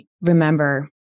remember